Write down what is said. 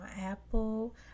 Apple